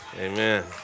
Amen